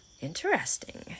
interesting